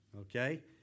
okay